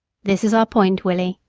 this is our point, willie,